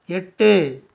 எட்டு